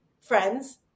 friends